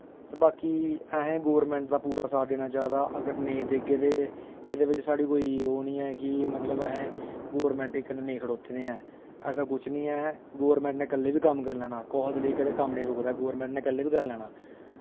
ते बाकी असें गौरमेंट दा पूरा साथ देना चाहिदा अगर नेईं देगे ते एह्दे बिच साढ़ी कोई ओह् निं ऐ कि मतलब असें गौरमेंट दे कन्नै नेईं खड़ौते दे ऐं ऐसा कुछ निं ऐ गौरमेंट ने कल्लै बी कम्म करी लैना कुसै दे लेई कदें कम्म निं रुकदा गौरमेंट ने कल्लै बी करी लैना